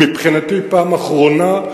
מבחינתי, פעם אחרונה.